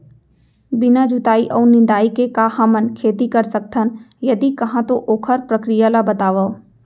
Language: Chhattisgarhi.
बिना जुताई अऊ निंदाई के का हमन खेती कर सकथन, यदि कहाँ तो ओखर प्रक्रिया ला बतावव?